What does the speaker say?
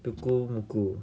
the go mccool